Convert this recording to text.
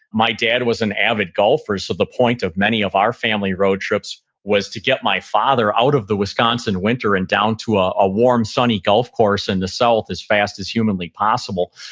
my dad was an avid golfer, so the point of many of our family road trips was to get my father out of the wisconsin winter and down to a ah warm, sunny golf course in the south as fast as humanly possible.